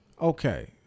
Okay